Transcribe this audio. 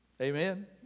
Amen